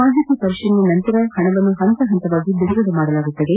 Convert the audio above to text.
ಮಾಹಿತಿ ಪರಿಶೀಲನೆ ನಂತರ ಹಣವನ್ನು ಹಂತ ಹಂತವಾಗಿ ಬಿಡುಗಡೆ ಮಾಡಲಾಗುವುದು